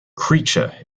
creature